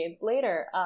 later